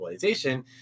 globalization